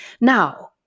Now